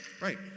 right